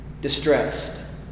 distressed